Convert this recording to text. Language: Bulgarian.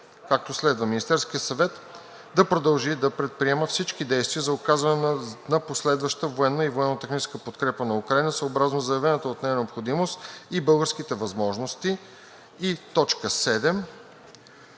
както следва: „6. Министерският съвет да продължи да предприема всички действия за оказване на последваща военна и военно техническа подкрепа на Украйна съобразно заявената от нея необходимост и българските възможности.